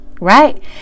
Right